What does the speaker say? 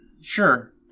sure